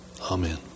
Amen